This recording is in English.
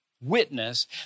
witness